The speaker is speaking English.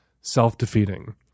self-defeating